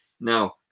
Now